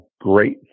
great